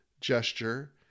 gesture